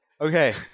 Okay